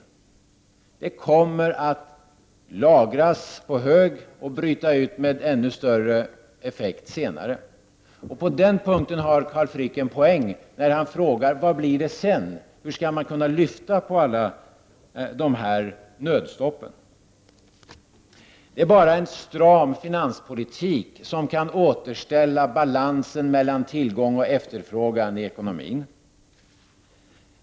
Prisoch lönehöjningar kommer att lagras på hög och bryta ut med ännu större effekt senare. På den punkten har Carl Frick en poäng, när han frågar: Vad blir det sedan? Hur skall man kunna lyfta på alla nödstoppen? Det är bara en stram finanspolitik som kan återställa balansen mellan tillgång och efterfrågan i ekonomin.